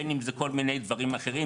בין אם זה כל מיני דברים אחרים.